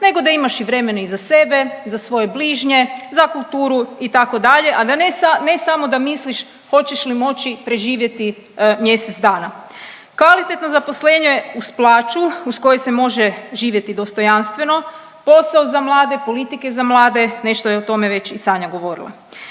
nego da imaš i vremena i za sebe i za svoje bližnje, za kulturu itd., a da ne samo da misliš hoćeš li moći preživjeti mjesec dana. Kvalitetno zaposlenje uz plaću uz koju se može živjeti dostojanstveno, posao za mlade, politike za mlade nešto je o tome već i Sanja govorila.